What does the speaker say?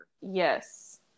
yes